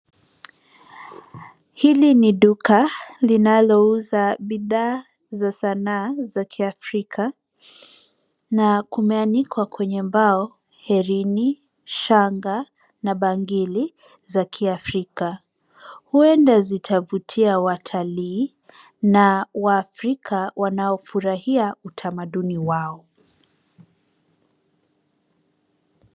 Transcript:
Hili ni duka linalouza bidhaa za sanaa za kiafrika na kumeanikwa kwenye mbao herini, shanga na bangili za kiafrika. Huenda zitavutia watalii na waafrika wanaofurahia utamaduni wao.